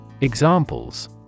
Examples